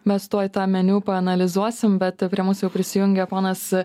mes tuoj tą meniu paanalizuosim bet prie mūsų jau prisijungė ponas